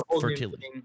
fertility